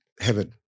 heaven